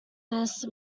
this